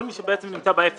כל מי שבעצם נמצא ב-0-7.